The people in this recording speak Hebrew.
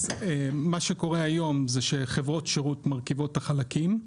מה שקורה היום זה שחברות שירות מרכיבות את החלקים.